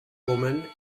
women